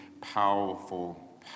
powerful